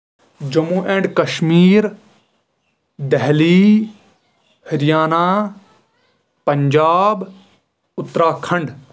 Jammu and Kashmir Delhi Haryana Punjab Uttarakhand